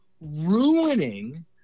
ruining